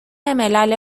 ملل